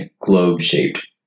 globe-shaped